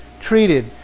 treated